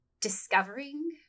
discovering